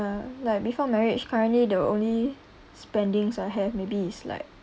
like before marriage currently the only spendings I have maybe is like